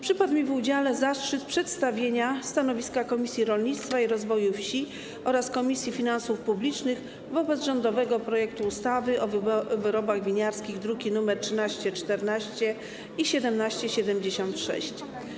Przypadł mi w udziale zaszczyt przedstawienia stanowiska Komisji Rolnictwa i Rozwoju Wsi oraz Komisji Finansów Publicznych wobec rządowego projektu ustawy o wyrobach winiarskich, druki nr 1314 i 1776.